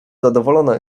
zadowolona